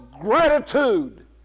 gratitude